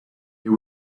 they